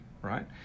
Right